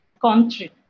country